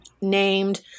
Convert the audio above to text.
named